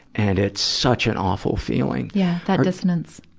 and it's such an awful feeling. yeah, that dissonance.